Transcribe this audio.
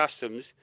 customs